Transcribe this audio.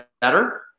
better